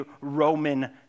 Roman